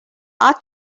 are